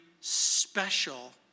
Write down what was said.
special